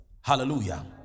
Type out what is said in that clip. Hallelujah